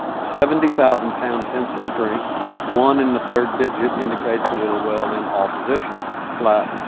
seventy thousand pound tensile strength. one in the third digit indicates that it will weld in all positions. flat,